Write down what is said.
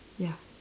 ya